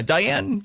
Diane